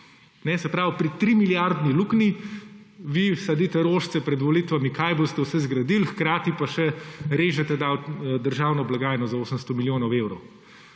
Se pravi, pri trimilijardni luknji, vi sadite rožice pred volitvami, kaj boste vse zgradili, hkrati pa še režete državno blagajno za 800 milijonov evrov.